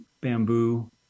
bamboo